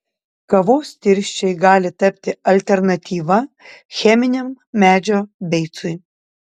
kavos tirščiai gali tapti alternatyva cheminiam medžio beicui